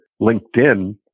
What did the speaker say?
LinkedIn